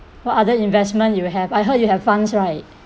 what other investment you have I heard you have funds right